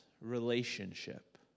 relationship